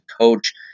coach